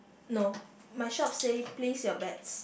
no my shop say place your bets